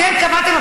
אתם קבעתם,